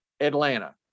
Atlanta